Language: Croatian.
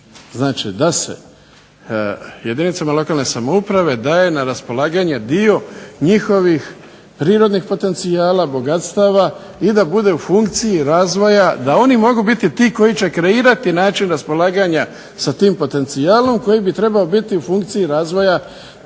Znači da se jedinicama lokalne samouprave daje na raspolaganje dio njihovih prirodnih potencijala, bogatstava i da bude u funkciji razvoja da oni mogu biti ti koji će kreirati način raspolaganja sa tim potencijalom koji bi trebao biti u funkciji razvoja